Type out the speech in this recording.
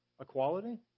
equality